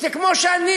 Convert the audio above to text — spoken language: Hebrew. זה כמו שאני